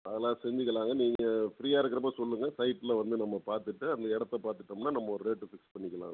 அதுலாம் செஞ்சிக்கலாங்க நீங்கள் ஃப்ரீயாக இருக்கிறப்ப சொல்லுங்கள் சைட்ல வந்து நம்ம பார்த்துட்டு அந்த இடத்த பார்த்துட்டோமுன்னா நம்ம ஒரு ரேட்டு ஃபிக்ஸ் பண்ணிக்கலாங்க